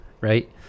right